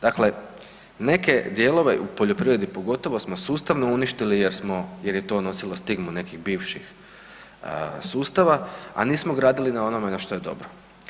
Dakle, neke dijelove u poljoprivredi pogotovo smo sustavno uništili jer je to nosilo stigmu nekih bivših sustava, a nismo gradili na onome što je dobro.